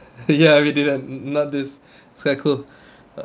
ya we didn't not this cycle uh